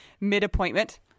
mid-appointment